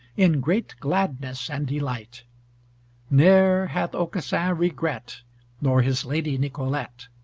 in great gladness and delight ne'er hath aucassin regret nor his lady nicolete.